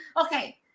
Okay